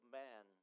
man